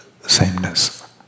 sameness